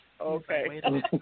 Okay